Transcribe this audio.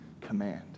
command